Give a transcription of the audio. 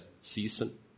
season